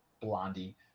blondie